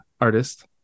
artist